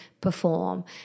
perform